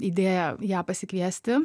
idėja ją pasikviesti